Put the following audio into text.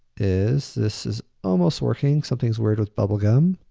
is this is almost working, something is word with bubblegum.